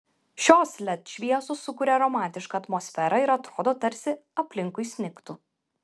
šios led šviesos sukuria romantišką atmosferą ir atrodo tarsi aplinkui snigtų